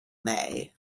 may